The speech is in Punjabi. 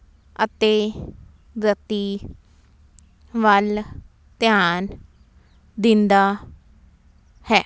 ਅਤੇ ਗਤੀ ਵੱਲ ਧਿਆਨ ਦਿੰਦਾ ਹੈ